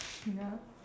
ya